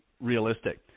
realistic